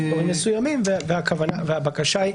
בדברים מסוימים והבקשה היא,